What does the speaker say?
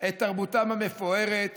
עם תרבותם המפוארת